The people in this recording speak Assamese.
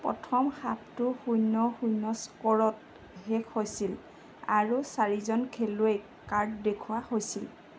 প্ৰথম হাফটো শূন্য শূন্য স্ক'ৰত শেষ হৈছিল আৰু চাৰিজন খেলুৱৈক কাৰ্ড দেখুওৱা হৈছিল